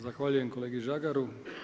Zahvaljujem kolegi Žagaru.